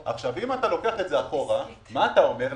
אם אתה לוקח את זה אחורה, מה אתה אומר?